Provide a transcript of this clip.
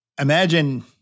imagine